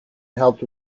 helped